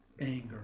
anger